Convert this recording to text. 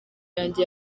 yanjye